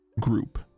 Group